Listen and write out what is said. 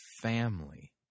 family